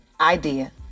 idea